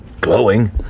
Glowing